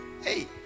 hey